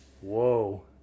Whoa